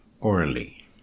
orally